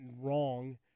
wrong